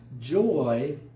joy